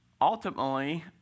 ultimately